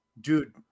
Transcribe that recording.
dude